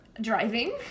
driving